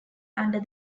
under